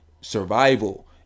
survival